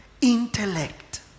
intellect